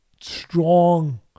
strong